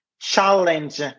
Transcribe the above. Challenge